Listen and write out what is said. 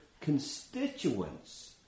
constituents